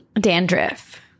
dandruff